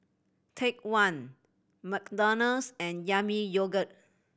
Take One McDonald's and Yami Yogurt